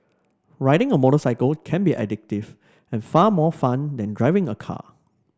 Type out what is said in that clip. riding a motorcycle can be addictive and far more fun than driving a car